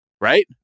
Right